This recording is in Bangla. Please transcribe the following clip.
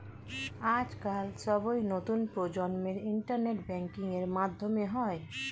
আজকাল সবই নতুন প্রজন্মের ইন্টারনেট ব্যাঙ্কিং এর মাধ্যমে হয়